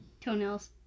Toenails